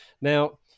Now